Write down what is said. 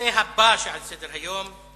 לנושא הבא שעל סדר-היום,